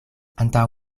antaŭ